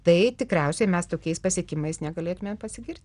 tai tikriausiai mes tokiais pasiekimais negalėtumėm pasigirti